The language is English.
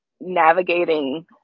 navigating